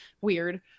weird